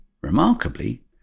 Remarkably